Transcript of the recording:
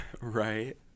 right